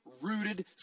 rooted